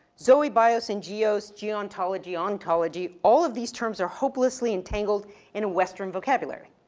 zoe, bios, and geos, geontology, ontology, all of these terms are hopelessly entangled in western vocabulary.